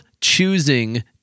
choosing